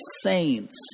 saints